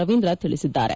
ರವೀಂದ್ರ ತಿಳಿಸಿದ್ದಾರೆ